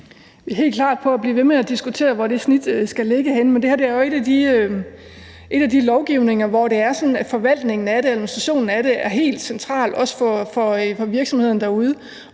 Vi skal helt klart blive ved med at diskutere, hvor det snit skal ligge henne, men det her er jo en af de lovgivninger, hvor det er sådan, at forvaltningen af det eller administrationen af det er helt central, også for virksomhederne derude,